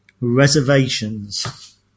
reservations